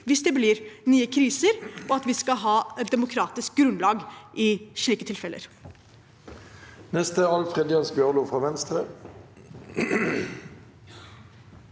hvis det blir nye kriser, og at vi skal ha et demokratisk grunnlag i slike tilfeller. Alfred Jens Bjørlo (V)